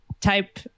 type